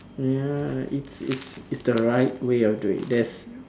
ya it's it's it's the right way of doing there's